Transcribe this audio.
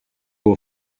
will